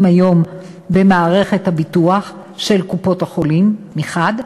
היום במערכת הביטוח של קופות-החולים מחד,